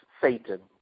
Satan